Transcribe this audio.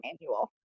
manual